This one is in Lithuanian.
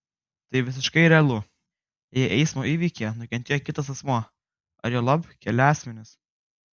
tai visiškai realu jei eismo įvykyje nukentėjo kitas asmuo ar juolab keli asmenys